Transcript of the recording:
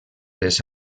les